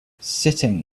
sitting